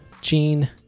Gene